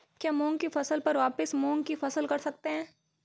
क्या मूंग की फसल पर वापिस मूंग की फसल कर सकते हैं?